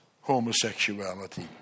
homosexuality